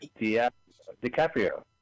DiCaprio